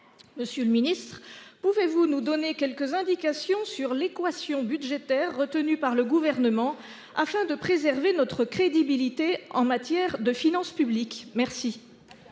Monsieur le ministre, pouvez-vous nous donner quelques indications sur l'équation budgétaire retenue par le Gouvernement, afin de préserver notre crédibilité en matière de finances publiques ? La